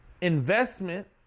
investment